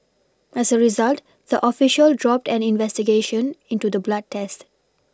as a result the official dropped an investigation into the blood test